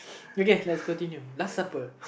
okay let's continue last supper